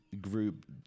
group